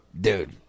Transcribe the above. Dude